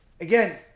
again